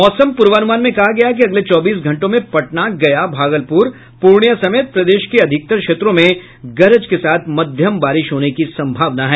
मौसम पूर्वानुमान में कहा गया है कि अगले चौबीस घंटों में पटना गया भागलपुर पूर्णियां समेत प्रदेश के अधिकतर क्षेत्रों में गरज के साथ मध्यम बारिश होने की संभावना है